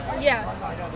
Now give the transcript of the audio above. yes